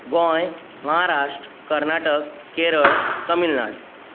Goa Maharashtra Karnataka Kerala Tamil Nadu